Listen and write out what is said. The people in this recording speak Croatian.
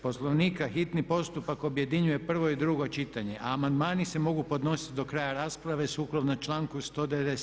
Poslovnika hitni postupak objedinjuje prvo i drugo čitanje, a amandmani se mogu podnositi do kraja rasprave sukladno članku 197.